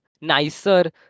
nicer